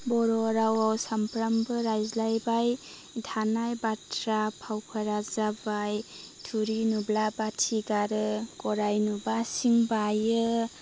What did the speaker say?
बर' रावाव सामफ्रामबो रायज्लायबाय थानाय बाथ्रा फावफोरा जाबाय थुरि नुब्ला बाथि गारो गराय नुब्ला सिं बायो